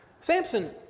Samson